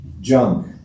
junk